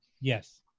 Yes